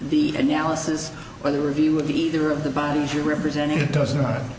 the analysis or the review of either of the bodies your representative does not